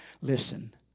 listen